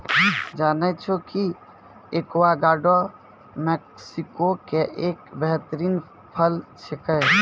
जानै छौ कि एवोकाडो मैक्सिको के एक बेहतरीन फल छेकै